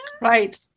Right